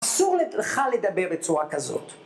אסור לך לדבר בצורה כזאת.